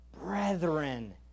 brethren